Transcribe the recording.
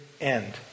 end